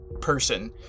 person